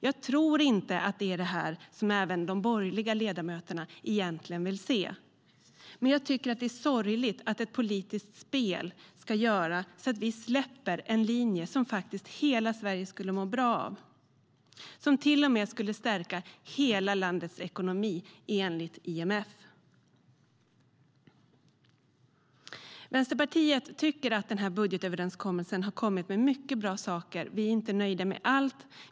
Jag tror inte att det är det här som de borgerliga ledamöterna egentligen vill se. Det är sorgligt att ett politiskt spel ska göra så att vi släpper en linje som faktiskt hela Sverige skulle må bra av och som till och med enligt IMF skulle stärka hela landets ekonomi. Vänsterpartiet tycker att den här budgetöverenskommelsen har kommit med många bra saker. Vi är inte nöjda med allt.